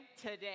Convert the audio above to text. today